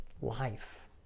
life